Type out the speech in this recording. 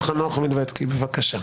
הכנסת חנוך מלביצקי, בבקשה.